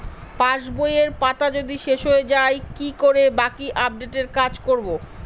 পাসবইয়ের পাতা যদি শেষ হয়ে য়ায় কি করে বাকী আপডেটের কাজ করব?